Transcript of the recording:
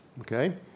Okay